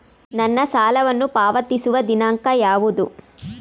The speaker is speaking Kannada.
ನನ್ನ ಸಾಲವನ್ನು ಪಾವತಿಸುವ ದಿನಾಂಕ ಯಾವುದು?